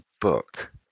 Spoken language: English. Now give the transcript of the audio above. book